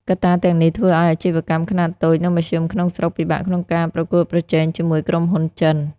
កត្តាទាំងនេះធ្វើឲ្យអាជីវកម្មខ្នាតតូច និងមធ្យមក្នុងស្រុក ពិបាកក្នុងការប្រកួតប្រជែងជាមួយក្រុមហ៊ុនចិន។